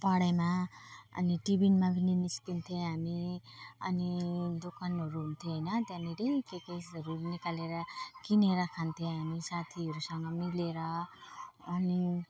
पढाइमा अनि टिफिनमा पनि निस्किन्थ्यौँ हामी अनि दोकानहरू हुन्थे होइन त्यहाँनिर के केहरू निकालेर किनेर खान्थ्यौँ हामी साथीहरूसँग मिलेर अनि